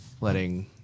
letting